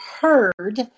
heard